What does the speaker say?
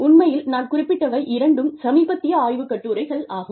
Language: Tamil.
உண்மையில் நான் குறிப்பிட்டவை இரண்டும் சமீபத்திய ஆய்வுக் கட்டுரைகள் ஆகும்